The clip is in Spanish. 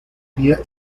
vía